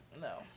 no